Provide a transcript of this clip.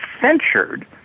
censured